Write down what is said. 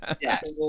Yes